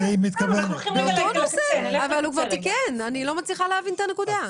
אבל הוא כבר תיקן, אני לא מצליחה להבין את הנקודה.